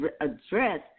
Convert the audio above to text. address